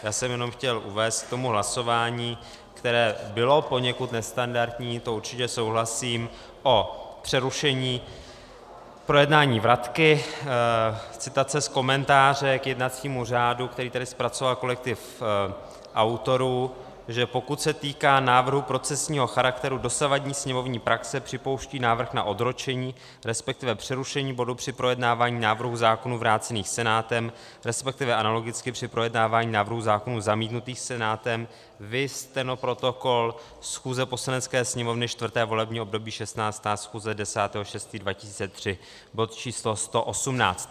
Já jsem jenom chtěl uvést k tomu hlasování, které bylo poněkud nestandardní, to určitě souhlasím, o přerušení projednání vratky citace z komentáře k jednacímu řádu, který tedy zpracoval kolektiv autorů, že pokud se týká návrhu procesního charakteru, dosavadní sněmovní praxe připouští návrh na odročení, resp. přerušení bodu při projednávání návrhů zákonů vrácených Senátem, resp. analogicky při projednávání návrhů zákonů zamítnutých Senátem, viz stenoprotokol schůze Poslanecké sněmovny 4. volební období, 16. schůze, 10. 6. 2003, bod číslo 116.